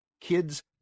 kids